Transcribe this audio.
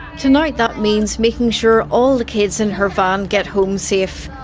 tonight that means making sure all the kids in her van get home safe.